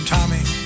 Tommy